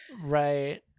Right